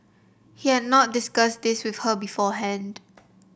he had not discussed this with her beforehand